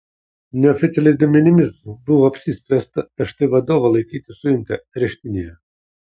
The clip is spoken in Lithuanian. neoficialiais duomenimis buvo apsispręsta šti vadovą laikyti suimtą areštinėje